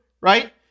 right